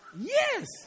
Yes